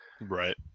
Right